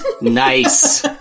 Nice